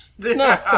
No